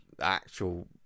actual